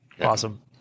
Awesome